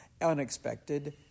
unexpected